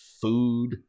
food